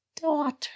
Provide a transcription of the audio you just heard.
daughter